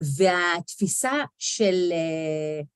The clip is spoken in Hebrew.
והתפיסה של...